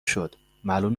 شد، معلوم